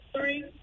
three